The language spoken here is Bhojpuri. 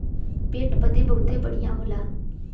पेट बदे बहुते बढ़िया होला